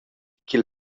ch’il